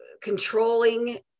controlling